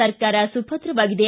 ಸರ್ಕಾರ ಸುಭದ್ರವಾಗಿದೆ